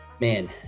Man